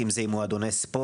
אם זה עם מועדוני ספורט.